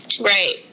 Right